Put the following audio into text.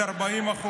ב-40%